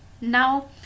now